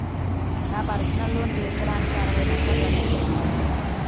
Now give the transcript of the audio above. నా personal loan తీర్చడానికి అరవై నెలల గడువు పెట్టాను